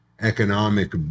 economic